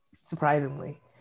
Surprisingly